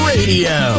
Radio